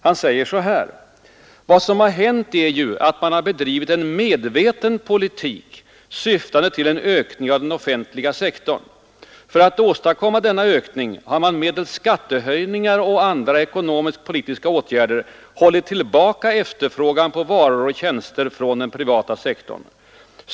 Han säger: ”Vad som har hänt ——— är ju att man bedrivit en medveten politik syftande till en ökning av den offentliga sektorn. För att åstadkomma denna ökning har man medelst skattehöjningar och andra ekonomiskapolitiska åtgärder hållit tillbaka efterfrågan på varor och tjänster från den privata sektorn.